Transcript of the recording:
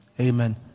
amen